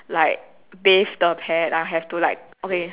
like bath the pet I'll have to like okay